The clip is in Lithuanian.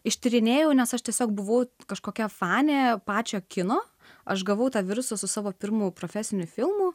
ištyrinėjau nes aš tiesiog buvau kažkokia fanė pačio kino aš gavau tą virusą su savo pirmų profesinių filmų